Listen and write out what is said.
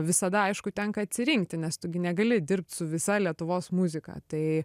visada aišku tenka atsirinkti nes tu gi negali dirbt su visa lietuvos muzika tai